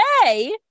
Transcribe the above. today